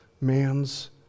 Man's